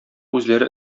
үзләре